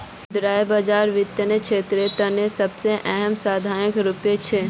मुद्रा बाजार वित्तीय क्षेत्रेर तने सबसे अहम साधनेर रूपत छिके